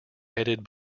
headed